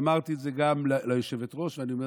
אמרתי את זה גם ליושבת-ראש ואני אומר